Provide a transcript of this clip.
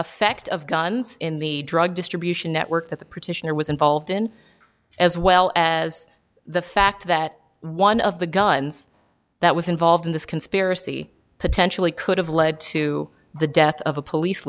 effect of guns in the drug distribution network that the petitioner was involved in as well as the fact that one of the guns that was involved in this conspiracy potentially could have led to the death of a police